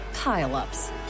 pile-ups